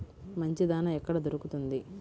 మంచి దాణా ఎక్కడ దొరుకుతుంది?